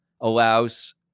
allows